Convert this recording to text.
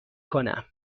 کنم